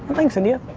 thanks, india.